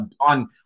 on